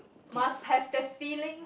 must have the feeling